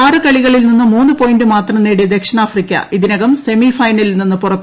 ആറ് കളികളിൽ നിന്ന് മൂന്ന് പോയിന്റ് മാത്രം നേടിയ ദക്ഷിണാഫ്രിക്ക ഇതിനകം സെമിഫൈന ലിൽ നിന്ന് പുറത്തായിക്കഴിഞ്ഞു